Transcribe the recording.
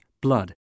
blood